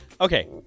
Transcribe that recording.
okay